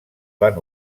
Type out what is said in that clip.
van